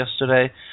yesterday